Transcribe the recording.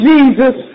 Jesus